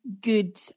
good